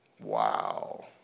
Wow